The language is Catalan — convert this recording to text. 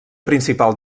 principal